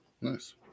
Nice